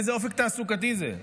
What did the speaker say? איזה אופק תעסוקתי זה,